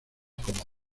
como